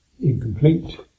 incomplete